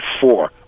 four